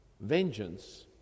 vengeance